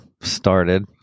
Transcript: started